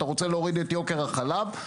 אתה רוצה להוריד את יוקר החלב?